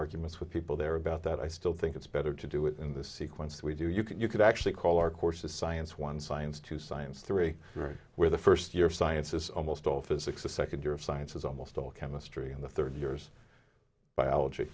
arguments with people there about that i still think it's better to do it in the sequence we do you can you could actually call our course is science one science two science three three where the first year science is almost all physics the second year of science is almost all chemistry and the third years biology